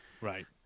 right